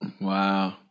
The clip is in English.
Wow